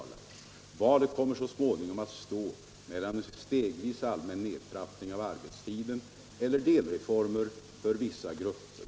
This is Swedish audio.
Valet kommer så småningom att stå mellan en stegvis allmän nedtrappning av arbetstiden eller delreformer för vissa grupper.